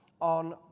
on